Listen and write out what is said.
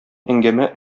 әңгәмә